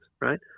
right